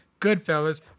Goodfellas